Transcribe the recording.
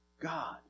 God